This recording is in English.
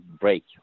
break